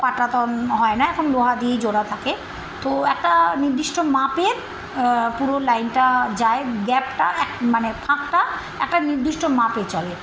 পাটাতন হয় না এখন লোহা দিয়েই জোড়া থাকে তো একটা নির্দিষ্ট মাপের পুরো লাইনটা যায় গ্যাপটা এক মানে ফাঁকটা একটা নির্দিষ্ট মাপে চলে